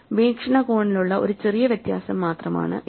വീക്ഷണകോണിലുള്ള ഒരു ചെറിയ വ്യത്യാസം മാത്രമാണ് ഇത്